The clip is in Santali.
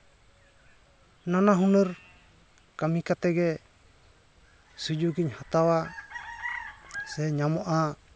ᱱᱟᱱᱟᱦᱩᱱᱟᱹᱨ ᱠᱟᱹᱢᱤ ᱠᱟᱛᱮ ᱜᱮ ᱥᱩᱡᱳᱜᱤᱧ ᱦᱟᱛᱟᱣᱟ ᱥᱮ ᱧᱟᱢᱚᱜᱼᱟ